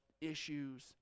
issues